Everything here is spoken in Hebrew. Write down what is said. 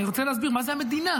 אני רוצה להסביר מה זה המדינה,